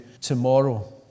tomorrow